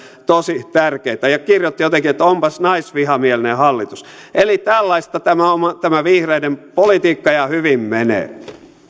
tosi tärkeitä ja kirjoitti jotenkin että onpas naisvihamielinen hallitus eli tällaista on tämä vihreiden politiikka ja hyvin menee